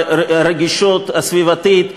הרגישות הסביבתית,